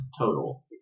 total